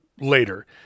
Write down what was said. later